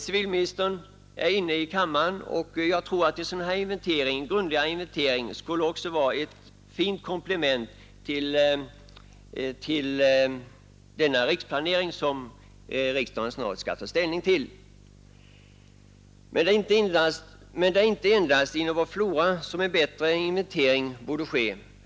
Civilministern är inne i kammaren och jag vill då säga att jag tror att en sådan här grundligare inventering också skulle vara ett fint komplement till den riksplanering som riksdagen snart skall ta ställning till. Men det är inte endast inom vår flora som en bättre inventering borde företas.